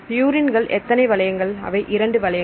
பியூரின்ல் எத்தனை வளையங்கள் அவை 2 வளையங்கள்